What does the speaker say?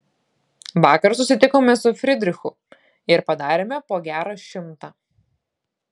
vakar susitikome su fridrichu ir padarėme po gerą šimtą